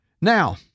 Now